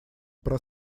про